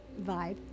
vibe